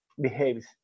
behaves